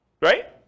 Right